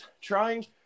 trying